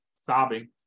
sobbing